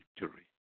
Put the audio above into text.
victory